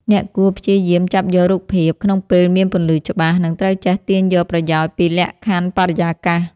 អ្នកគួរព្យាយាមចាប់យករូបភាព ក្នុងពេលមានពន្លឺច្បាស់ និងត្រូវចេះទាញយកប្រយោជន៍ពីលក្ខខណ្ឌបរិយាកាស។